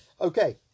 Okay